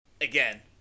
again